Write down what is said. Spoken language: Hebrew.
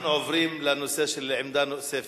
אנחנו עוברים לנושא של עמדה נוספת,